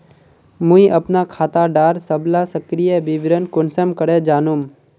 मुई अपना खाता डार सबला सक्रिय विवरण कुंसम करे जानुम?